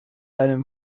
einem